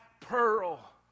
pearl